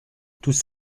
tous